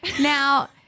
Now